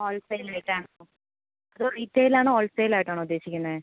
wholesale ആയിട്ടാണോ അതോ retail ആണോ ഹോൾസെയ്ൽ ആയിട്ടാണോ ഉദ്ദേശിക്കുന്നത്